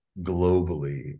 globally